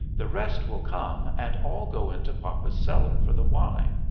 the rest will come and all go into papa's cellar for the wine.